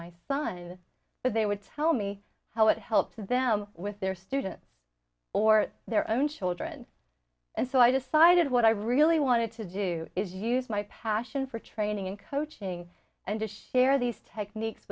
my son and but they would tell me how it helped them with their students or their own children and so i decided what i really wanted to do is use my passion for training and coaching and to share these techniques